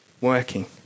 Working